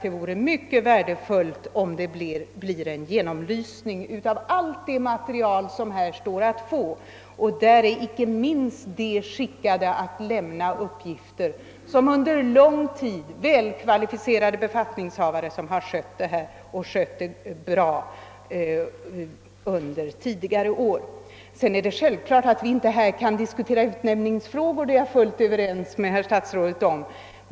Det vore mycket värdefullt med en genomlysning av allt det material som här står att få. Därvid är icke minst de välkvalificerade befattningshavare skickade att lämna uppgifter, som under lång tid har skött dessa ärenden och gjort det bra. Det är självklart att vi inte här kan diskutera utnämningsfrågor; det är jag fullt överens med herr statsrådet om.